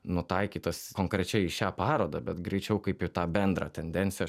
nutaikytas konkrečiai į šią parodą bet greičiau kaip į tą bendrą tendenciją